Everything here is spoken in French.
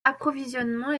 approvisionnement